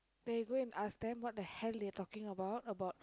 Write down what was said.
then you go and ask them what the hell they talking about about